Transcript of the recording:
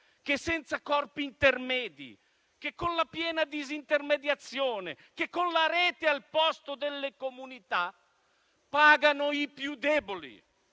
che senza corpi intermedi, che con la piena disintermediazione, che con la rete al posto delle comunità, pagano i più deboli,